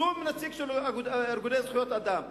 שום נציג של ארגוני זכויות אדם.